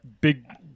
big